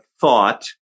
thought